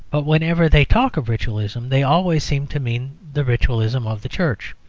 but whenever they talk of ritualism they always seem to mean the ritualism of the church.